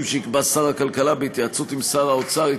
שיקבע שר הכלכלה בהתייעצות עם שר האוצר,